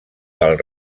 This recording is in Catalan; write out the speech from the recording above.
del